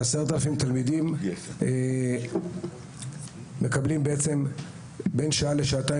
10,000 תלמידים מקבלים בין שעה לשעתיים